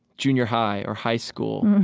junior high or high school,